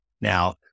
now